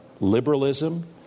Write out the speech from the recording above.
liberalism